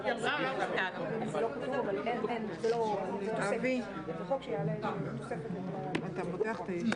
מוותר על הסמכות שלו ועל שיקול הדעת שלו לפטר